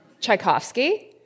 Tchaikovsky